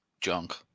junk